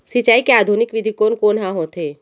सिंचाई के आधुनिक विधि कोन कोन ह होथे?